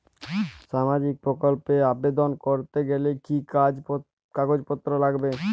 সামাজিক প্রকল্প এ আবেদন করতে গেলে কি কাগজ পত্র লাগবে?